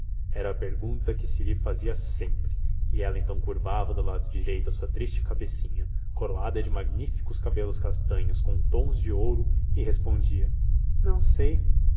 era a pergunta que se lhe fazia sempre ela então curvava do lado direito a sua triste cabecinha coroada de magníficos cabelos castanhos com tons de ouro e respondia não sei